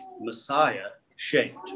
Messiah-shaped